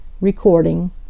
Recording